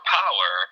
power